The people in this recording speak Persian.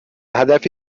هدفی